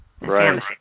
Right